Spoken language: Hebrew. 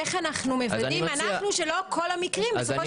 איך אנחנו מוודאים שלא כל המקרים בסופו